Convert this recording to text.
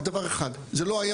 רק דבר אחד, זה לא היה